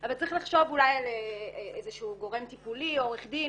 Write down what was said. אבל צריך לחשוב אולי על איזשהו גורם טיפולי או עורך דין.